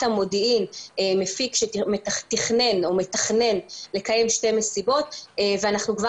המודיעין מפיק שתכנן או מתכנן לקיים שתי מסיבות וכבר